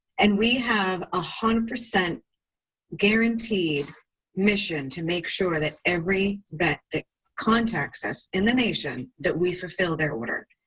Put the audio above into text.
and we have a hundred percent guaranteed mission to make sure that every vet that contacts us, in the nation, that we fulfill their order.